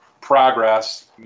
progress